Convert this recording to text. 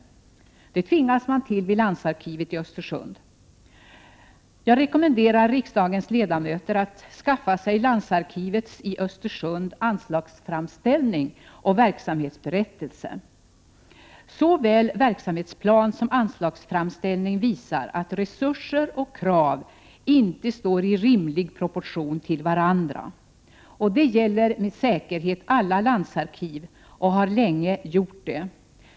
Det tvingas man till vid landsarkivet i Östersund. Jag rekommenderar riksdagens ledamöter att skaffa sig landsarkivets i Östersund anslagsframställning och verksamhetsberättelse! Såväl verksamhetsplan som anslagsframställning visar att resurser och krav inte står i rimlig proportion till varandra. Det gäller med säkerhet alla landsarkiv och har länge gjort det.